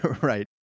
right